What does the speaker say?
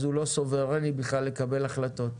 אז הוא לא סוברני בכלל לקבל החלטות.